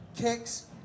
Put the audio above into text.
kicks